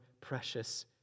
precious